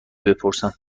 بپرسم